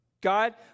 God